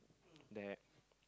that